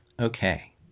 Okay